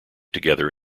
together